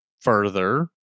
further